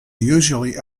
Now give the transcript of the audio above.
usually